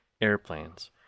airplanes